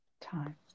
time